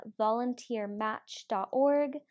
volunteermatch.org